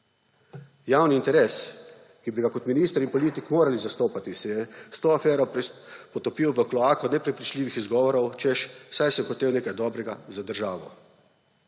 Javni interes, ki bi ga kot minister in politik morali zastopati, se je s to afero potopil v kloako neprepričljivih izgovorov, češ, saj sem hotel nekaj dobrega za državo.